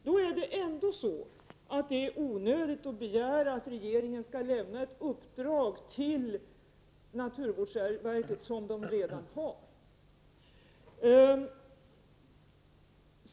Då är det ändå onödigt att begära att regeringen skall lämna ett uppdrag till naturvårdsverket som detta redan har.